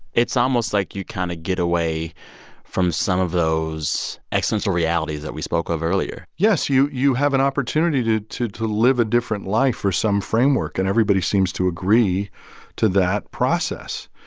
it's almost like you kind of get away from some of those existential realities that we spoke of earlier yes, you you have an opportunity to to live a different life for some framework, and everybody seems to agree to that process.